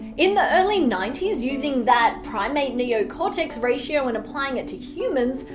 in the early ninety s, using that primate neocortex ratio and applying it to humans,